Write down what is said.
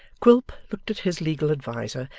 quilp looked at his legal adviser,